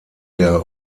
der